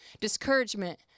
discouragement